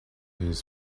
his